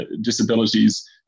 disabilities